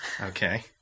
okay